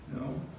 No